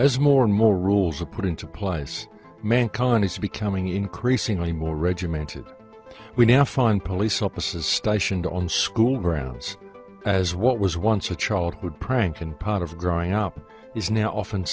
as more and more rules are put into place man colonies becoming increasingly more regimented we now find police officers stationed on school grounds as what was once a childhood prank and part of growing up is now often